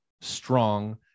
strong